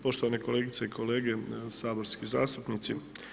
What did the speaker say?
Poštovane kolegice i kolege, saborski zastupnici.